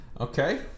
okay